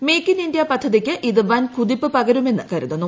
make in India പദ്ധതിക്ക് ഇത് വൻ കുതിപ്പ് പകരുമെന്ന് കരുതുന്നു